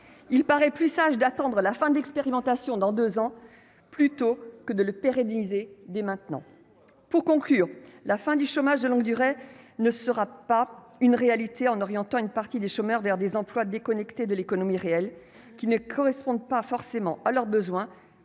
il paraît plus sage d'attendre la fin d'expérimentation dans 2 ans, plutôt que de le pérenniser, dès maintenant, pour conclure, la fin du chômage de longue durée ne sera pas une réalité en orientant une partie des chômeurs vers des emplois déconnecté de l'économie réelle qui ne correspondent pas forcément à leurs besoins,